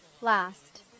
Last